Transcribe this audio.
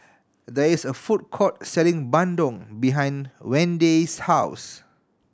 there is a food court selling bandung behind Wende's house